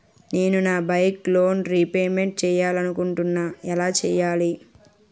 నేను నా bike loan repayment చేయాలనుకుంటున్నా ఎలా చేయాలి?